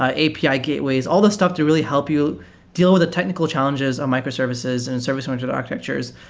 ah api ah gateways. all the stuff to really help you deal with the technical challenges of microservices and service-or iented architectures.